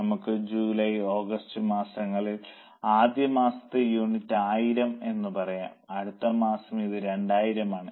നമുക്ക് July August മാസങ്ങളിൽ ആദ്യ മാസത്തെ യൂണിറ്റ് 1000 ആണെന്ന് പറയാം അടുത്ത മാസം ഇത് 2000 ആണ്